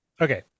okay